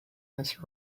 this